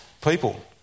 people